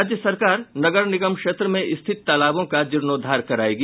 राज्य सरकार नगर निगम क्षेत्र में स्थित तालाबों का जीर्णोद्वार करायेगी